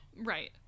Right